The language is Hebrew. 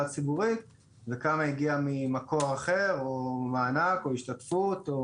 ציבורית וכמה הגיע ממקור אחר או מענק או השתתפות.